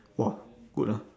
!wah! good ah